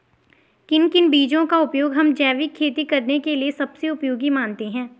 किन किन बीजों का उपयोग हम जैविक खेती करने के लिए सबसे उपयोगी मानते हैं?